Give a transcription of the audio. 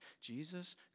Jesus